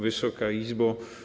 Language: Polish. Wysoka Izbo!